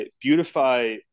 beautify